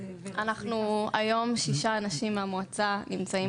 היום שישה אנשים מהמועצה נמצאים בכנסת.